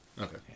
Okay